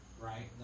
right